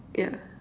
yeah